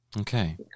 okay